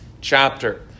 chapter